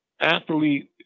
athlete